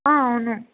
అవును